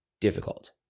difficult